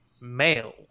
male